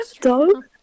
dog